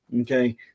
okay